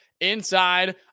inside